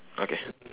okay